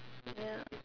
ya